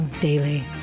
daily